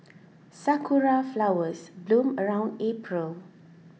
sakura flowers bloom around April